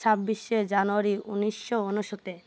ଛବିଶି ଜାନୁଆରୀ ଉଣେଇଶି ଶହ ଅନେଶତ